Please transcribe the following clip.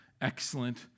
excellent